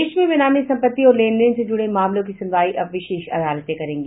देश में बेनामी संपत्ति और लेन देन से जुड़े मामलों की सुनवाई अब विशेष अदालतें करेंगी